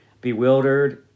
bewildered